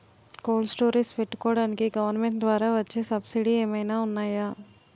Cold storage పెట్టుకోడానికి government ద్వారా వచ్చే సబ్సిడీ ఏమైనా ఉన్నాయా?